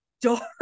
dark